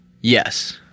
Yes